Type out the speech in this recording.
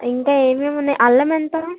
ఇంకా ఏమేం ఉన్నాయి అల్లము ఎంత